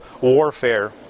warfare